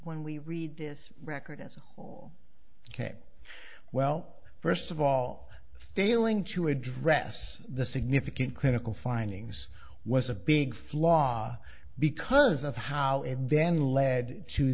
when we read this record as a whole ok well first of all failing to address the significant clinical findings was a big flaw because of how and then led to